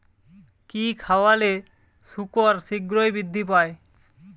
কি খাবালে শুকর শিঘ্রই বৃদ্ধি পায়?